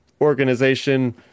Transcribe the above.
organization